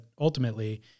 ultimately